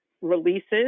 releases